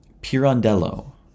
Pirandello